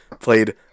played